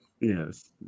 yes